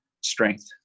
strength